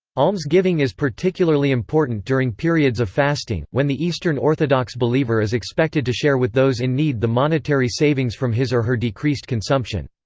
almsgiving is particularly important during periods of fasting, when the eastern orthodox believer is expected to share with those in need the monetary savings from his or her decreased consumption.